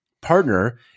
partner